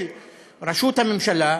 של ראשות הממשלה,